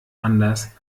anders